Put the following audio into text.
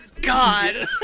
God